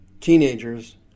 teenagers